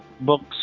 Books